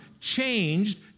Changed